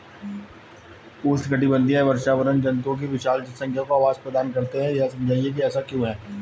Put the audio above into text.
उष्णकटिबंधीय वर्षावन जंतुओं की विशाल जनसंख्या को आवास प्रदान करते हैं यह समझाइए कि ऐसा क्यों है?